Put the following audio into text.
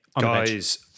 guys